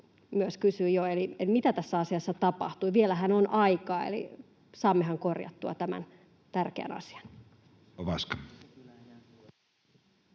jo kysyi: Mitä tässä asiassa tapahtui? Vielähän on aikaa, eli saammehan korjattua tämän tärkeän asian?